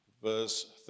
Verse